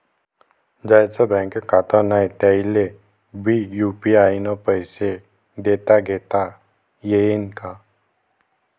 ज्याईचं बँकेत खातं नाय त्याईले बी यू.पी.आय न पैसे देताघेता येईन काय?